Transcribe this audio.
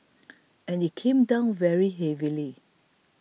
and it came down very heavily